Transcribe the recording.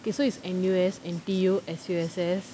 okay so is N_U_S N_T_U S_U_S_S